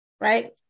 Right